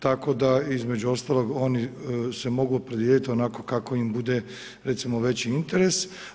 Tako da između ostalog oni se mogu opredijeliti onako kako im bude recimo veći interes.